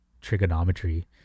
trigonometry